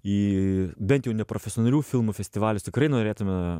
į bent jau neprofesionalių filmų festivalius tikrai norėtume